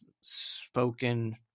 spoken